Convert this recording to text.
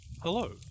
Hello